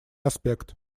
аспект